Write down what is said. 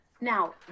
Now